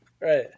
Right